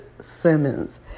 Simmons